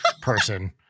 person